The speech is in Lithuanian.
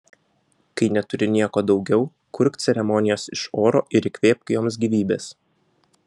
kai neturi nieko daugiau kurk ceremonijas iš oro ir įkvėpk joms gyvybės